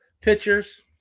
pictures